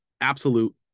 absolute